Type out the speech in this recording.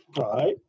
Right